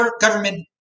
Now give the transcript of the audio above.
government